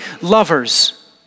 lovers